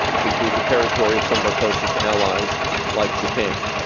to include the territory of some of our closest allies like japan.